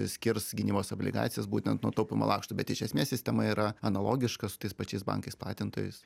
skirs gynybos obligacijas būtent nuo taupymo lakštų bet iš esmės sistema yra analogiška su tais pačiais bankais platintojais